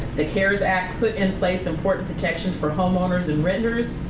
the cares act put in place important protections for homeowners and renters,